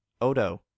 Odo